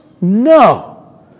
No